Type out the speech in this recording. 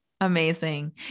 Amazing